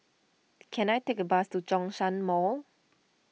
can I take a bus to Zhongshan Mall